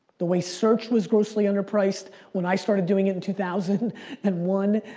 the way search was grossly underpriced when i started doing it in two thousand and one.